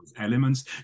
elements